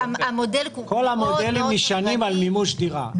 כל המודלים נשענים על מימוש דירה,